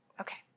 Okay